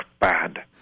bad